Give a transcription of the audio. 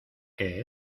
que